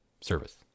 service